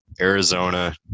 Arizona